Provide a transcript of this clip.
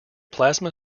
plasma